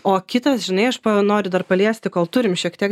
o kitas žinai aš noriu dar paliesti kol turim šiek tiek